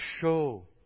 show